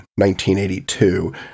1982